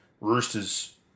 Roosters